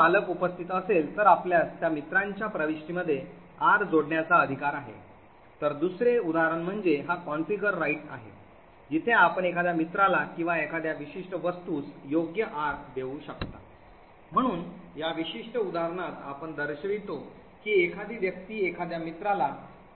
जर मालक उपस्थित असेल तर आपल्यास त्या मित्रांच्या प्रविष्टीमध्ये R जोडण्याचा अधिकार आहे तर दुसरे उदाहरण म्हणजे हा confer right आहे जिथे आपण एखाद्या मित्राला किंवा एखाद्या विशिष्ट वस्तूस योग्य R देऊ शकता म्हणून या विशिष्ट उदाहरणात आपण दर्शवतो की एखादी व्यक्ती एखाद्या मित्राला